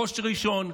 ראש וראשון,